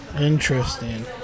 Interesting